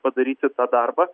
padaryti tą darbą